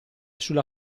sulla